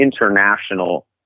international